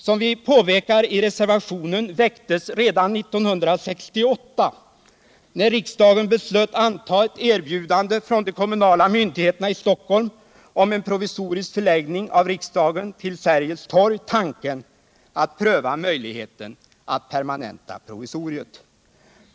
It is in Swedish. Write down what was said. Som vi påpekar i reservationen väcktes redan 1968, när riksdagen beslöt anta ett erbjudande från de kommunala myndigheterna i Stockholm om en provisorisk förläggning av riksdagen till Sergels torg, tanken att pröva möjligheten att permanenta provisoriet.